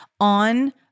on